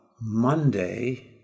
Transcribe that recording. Monday